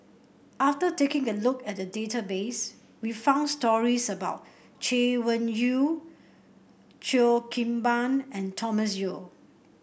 after taking a look at the database we found stories about Chay Weng Yew Cheo Kim Ban and Thomas Yeo